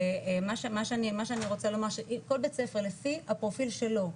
מה שאני רוצה לומר שכל בית ספר לפי הפרופיל שלו,